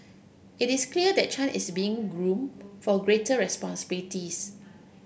it is clear that Chan is being groom for greater responsibilities